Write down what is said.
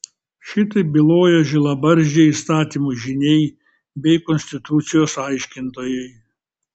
šitaip byloja žilabarzdžiai įstatymų žyniai bei konstitucijos aiškintojai